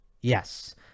Yes